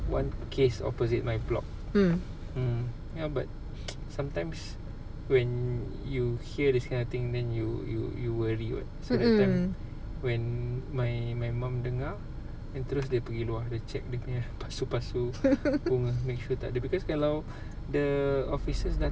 one case opposite my block mm ya but sometimes when you hear this kind of thing then you you you worry what so that time when when my my mum dengar then terus dia pergi luar dia check dia punya pasu-pasu bunga make sure tak ada because kalau the officers datang